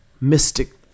mystic